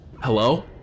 Hello